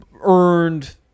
earned